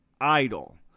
idle